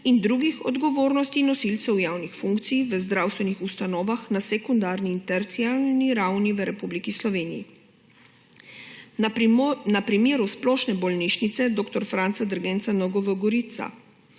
in drugih odgovornosti nosilcev javnih funkcij v zdravstvenih ustanovah na sekundarni in terciarni ravni v Republiki Sloveniji. Na primeru Splošne bolnišnice dr. Franca Derganca Nova Gorica